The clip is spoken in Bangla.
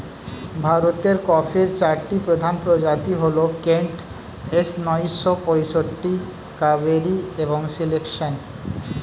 ভারতের কফির চারটি প্রধান প্রজাতি হল কেন্ট, এস নয়শো পঁয়ষট্টি, কাভেরি এবং সিলেকশন